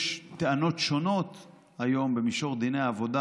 יש טענות שונות היום במישור דיני עבודה,